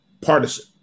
partisan